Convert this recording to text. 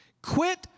Quit